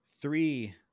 three